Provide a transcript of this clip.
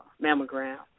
mammogram